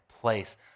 place